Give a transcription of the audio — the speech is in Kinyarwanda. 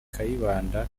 kayibanda